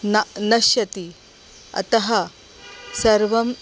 न नश्यति अतः सर्वं